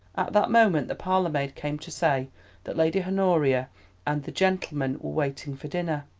that moment the parlourmaid came to say that lady honoria and the gentleman were waiting for dinner.